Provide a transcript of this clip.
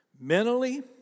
mentally